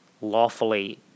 lawfully